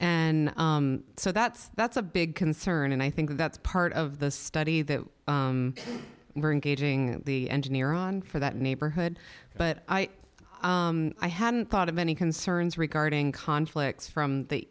and so that's that's a big concern and i think that's part of the study that were engaging the engineer on for that neighborhood but i hadn't thought of any concerns regarding conflicts from the